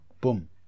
Boom